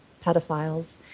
pedophiles